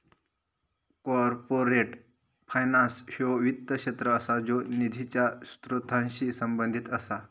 corporate finance ह्यो वित्त क्षेत्र असा ज्यो निधीच्या स्त्रोतांशी संबंधित असा